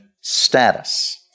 status